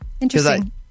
Interesting